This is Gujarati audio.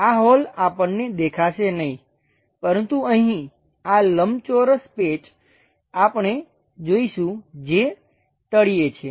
આ હોલ આપણને દેખાશે નહીં પરંતુ અહીં આ લંબચોરસ પેચ આપણે જોઈશું જે તળિયે છે